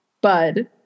Bud